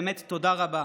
באמת תודה רבה,